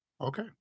Okay